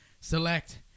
Select